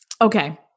okay